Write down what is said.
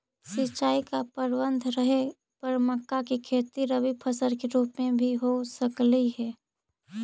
सिंचाई का प्रबंध रहे पर मक्का की खेती रबी फसल के रूप में भी हो सकलई हे